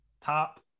top